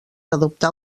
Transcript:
adoptar